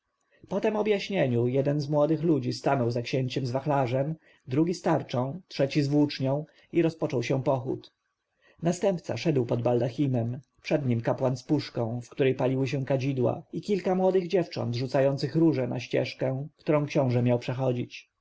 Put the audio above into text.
objaśnieniu jeden z młodych ludzi stanął za księciem z wachlarzem drugi z tarczą trzeci z włócznią i rozpoczął się pochód następca szedł pod baldachimem przed nim kapłan z puszką w której paliły się kadzidła wreszcie kilka młodych dziewcząt rzucających róże na ścieżkę którą książę miał przechodzić